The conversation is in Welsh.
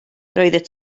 roeddet